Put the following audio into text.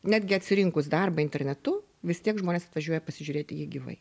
netgi atsirinkus darbą internetu vis tiek žmonės atvažiuoja pasižiūrėt į jį gyvai